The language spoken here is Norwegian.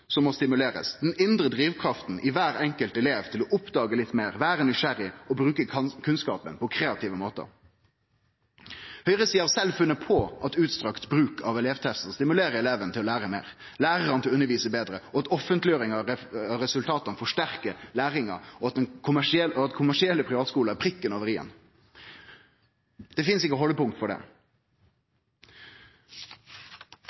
som må stimulerast, den indre drivkrafta i kvar enkelt elev til å oppdage litt meir, vere nysgjerrig og bruke kunnskapen på kreative måtar. Høgresida har sjølv funne på at utstrekt bruk av elevtestar stimulerer eleven til å lære meir, at lærarane underviser betre, at offentleggjering av resultata forsterkar læringa, og at kommersielle privatskolar er prikken over i-en. Det finst ikkje haldepunkt for dette. Så skal eg bruke det